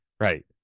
right